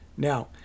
Now